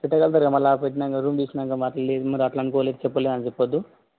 కట్టగల్తారు కదా మళ్ళీ కట్టినాక రూమ్ తీసుకున్నాక మరి అట్లా అనుకోలేదు చెప్పలే అని చెప్పవద్దు